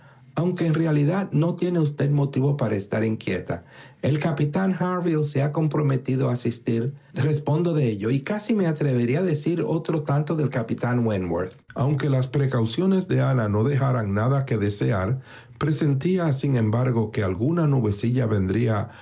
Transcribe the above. aunque en realidad no tiene usted motivo para estar inquieta el capitán hiarville se ha comprometido a asistir respondo de ello y casi me atrevería a decir otro tanto del capitán wentworth aunque las precauciones de ana no dejaran nada que desear presentía sin embargo que alguna nubecilla vendría